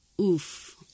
oof